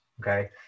Okay